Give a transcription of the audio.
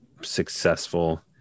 successful